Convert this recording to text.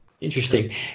Interesting